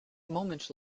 moments